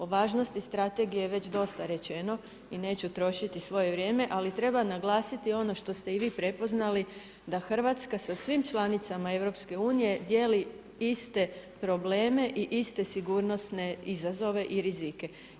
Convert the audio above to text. O važnosti strategije je već dosta rečeno i neću trošiti svoje vrijeme, ali treba naglasiti ono što ste i vi prepoznali da Hrvatska sa svim članicama EU dijeli iste probleme i iste sigurnosne izazove i rizike.